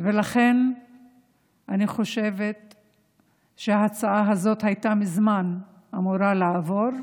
ולכן אני חושבת שההצעה הזאת הייתה מזמן אמורה לעבור,